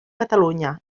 catalunya